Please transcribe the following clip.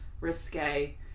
risque